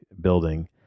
building